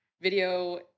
video